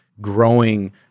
growing